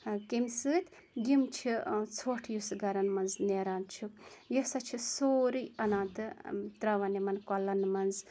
کمہِ سۭتۍ یِم چھِ ژھوٚٹھ یُس گَرَن منٛز نیران چھُ یہِ ہَسا چھ سورُے اَنان تہٕ ترٛاوان یِمَن کۄلَن منٛز